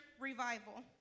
revival